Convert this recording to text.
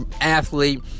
athlete